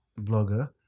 blogger